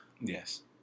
Yes